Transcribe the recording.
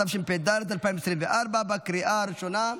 התשפ"ד 2024, בקריאה הראשונה.